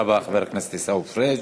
תודה רבה, חבר הכנסת עיסאווי פריג'.